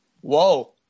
Whoa